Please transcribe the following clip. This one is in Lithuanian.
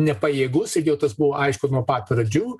nepajėgus ir jau tas buvo aišku nuo pat pradžių